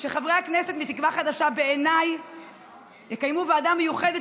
שחברי הכנסת מתקווה חדשה יקיימו ועדה מיוחדת